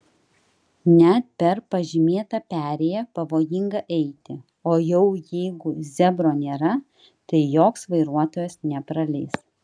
net per pažymėtą perėją pavojinga eiti o jau jeigu zebro nėra tai joks vairuotojas nepraleis